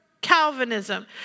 Calvinism